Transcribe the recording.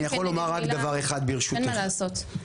אין מה לעשות.